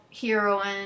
heroine